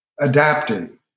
adapting